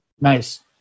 Nice